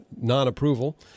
non-approval